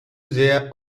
their